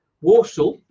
Warsaw